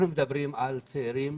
אנחנו מדברים על צעירים